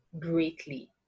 greatly